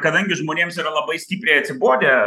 kadangi žmonėms yra labai stipriai atsibodę